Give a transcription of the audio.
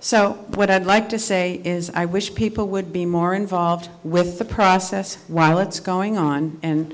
so what i'd like to say is i wish people would be more involved with the process while it's going on and